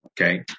okay